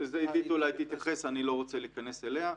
לזה עידית אולי תתייחס, אני לא רוצה להיכנס לזה.